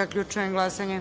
Zaključujem glasanje: